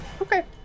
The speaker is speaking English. Okay